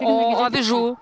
o avižų